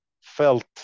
felt